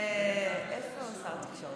איפה שר התקשורת?